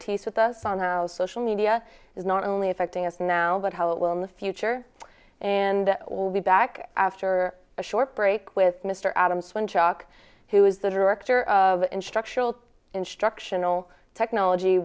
expertise with us on how social media is not only affecting us now but how it will in the future and will be back after a short break with mr adams when chuck who is the director of instructional instructional technology